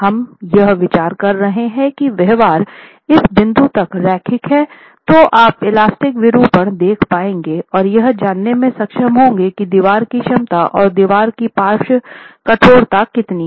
हम यह विचार कर रहे हैं कि व्यवहार इस बिंदु तक रैखिक हैतो आप इलास्टिक विरूपण देख पाएंगे और यह जानने में सक्षम होंगे की दीवार की क्षमता और दीवार की पार्श्व कठोरता कितनी है